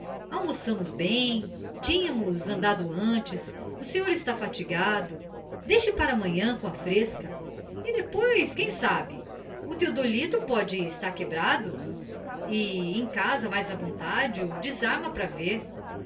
almoçámos bem tínhamos andado antes o senhor está fatigado deixe para amanhã com a fresca e depois quem sabe o theodolito pôde estar quebrado e em casa mais á vontade o desarma para ver